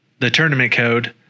thetournamentcode